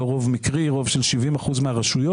לא רוב מקרי אלא רוב של 70 אחוזים מהרשויות